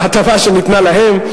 להטבה שניתנה להם,